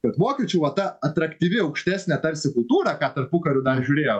kad vokiečių va ta atraktyvi aukštesnė tarsi kultūra ką tarpukariu dar žiūrėjo